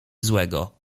złego